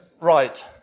Right